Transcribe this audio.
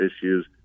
issues